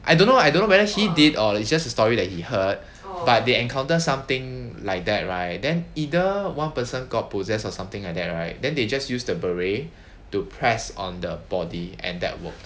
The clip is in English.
I don't know I don't know whether he did or it's just a story that he heard but they encounter something like that right then either one person got possessed or something like that right then they just use the beret to press on the body and that worked